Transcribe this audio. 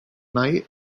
night